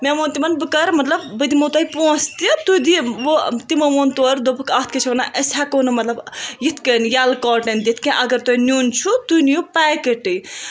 مےٚ وۄنۍ تِمَن بہٕ کَرٕ مطلب بہٕ دِمو تۄہہِ پونسہٕ تہِ تُہۍ دِیو وہ تِمو وۄنۍ تورٕ دوٚپُک اَتھ کیاہ چھِ ونان أسۍ ہیٚکو نہٕ مطلب اِتھٕ کٔنۍ یَلہٕ کاٹن دِتھ کیٚنٛہہ اگر تۄہہِ نِیُن چھُو تُہۍ نِیو پیکٹٕے تہٕ